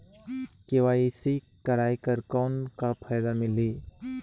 KYC कराय कर कौन का फायदा मिलही?